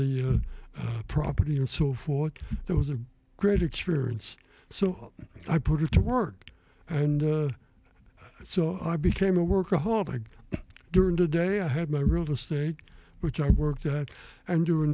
the property and so forth there was a great experience so i put it to work and so i became a workaholic during the day i had my real estate which i worked out and during